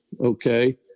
okay